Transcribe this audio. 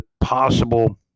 possible